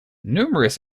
numerous